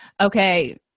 okay